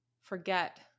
forget